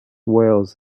wales